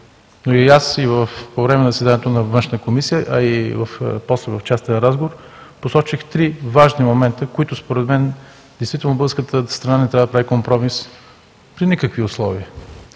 указани. И по време на заседанието на Външната комисия, а и после в частен разговор посочих три важни момента, за които според мен българската страна не трябва да прави компромис при никакви условия.